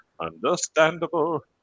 understandable